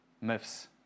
myths